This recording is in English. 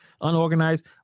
unorganized